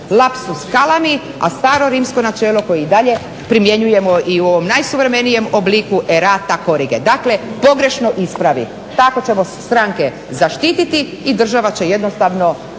lapsus kalami, a starorimsko načelo koje i dalje primjenjujemo i u ovom najsuvremenijem obliku errata corrige dakle pogrešno ispravi. Tako ćemo stranke zaštiti i država će jednostavno